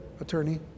attorney